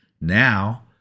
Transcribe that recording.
Now